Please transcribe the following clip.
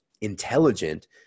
intelligent